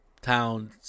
town